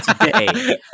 today